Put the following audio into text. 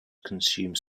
consume